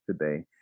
today